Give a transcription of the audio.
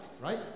right